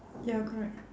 ya correct